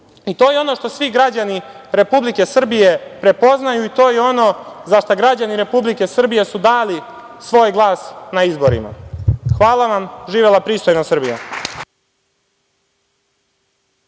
To je ono što svi građani Republike Srbije prepoznaju i to je ono za šta građani Republike Srbije su dali svoj glas na izborima. Hvala vam. Živela pristojna Srbija.